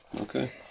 okay